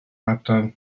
ardal